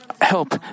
help